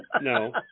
No